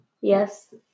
Yes